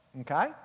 okay